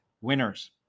winners